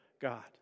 God